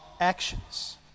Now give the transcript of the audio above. actions